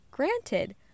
Granted